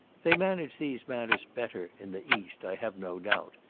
they manage these matters better in the east, i have no doubt,